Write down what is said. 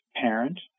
parent